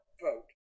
vote